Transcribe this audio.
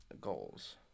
goals